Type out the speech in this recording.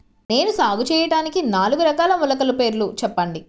నేను సాగు చేయటానికి నాలుగు రకాల మొలకల పేర్లు చెప్పండి?